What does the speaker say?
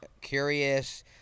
curious